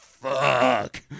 Fuck